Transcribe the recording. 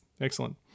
Excellent